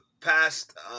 past